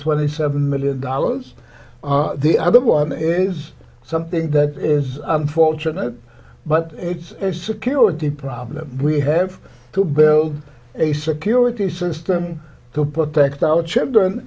twenty seven million dollars the other one is something that is unfortunate but it's a security problem we have to build a security system to protect our children